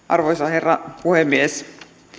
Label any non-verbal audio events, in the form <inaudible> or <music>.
<unintelligible> arvoisa herra puhemies